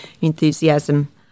enthusiasm